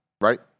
Right